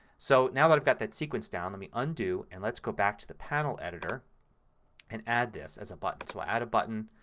so now that i've got that sequence down let me undo and let's go back to the panel editor and add this as a button. so we'll add a button.